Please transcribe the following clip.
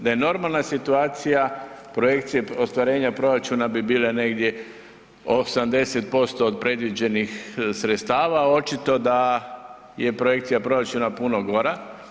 Da je normalna situacija projekcije ostvarenja proračuna bi bile negdje 80% od predviđenih sredstava, a očito da je projekcija proračuna puno gora.